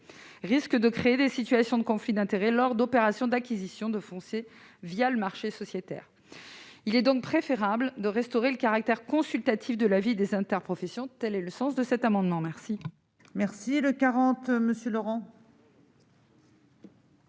aussi de créer des situations de conflit d'intérêts lors d'opérations d'acquisition de foncier le marché sociétaire. Il est donc préférable de restaurer le caractère consultatif de l'avis des interprofessions. Les deux amendements